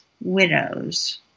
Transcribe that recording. widows